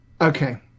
Okay